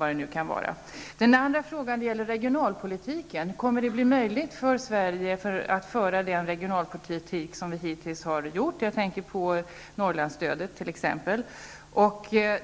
är strängare. Min andra fråga gäller regionalpolitiken. Kommer det att bli möjligt för Sverige att föra den regionalpolitik vi hittills har fört? Jag tänker på t.ex. Norrlandsstödet.